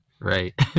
Right